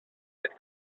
fet